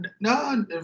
no